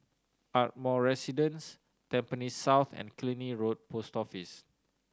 Ardmore Residence Tampines South and Killiney Road Post Office